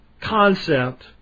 concept